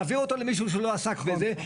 להעביר אותו למישהו שהוא לא עסק בזה,